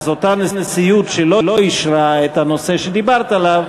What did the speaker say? אז אותה נשיאות שלא אישרה את הנושא שדיברת עליו,